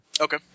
Okay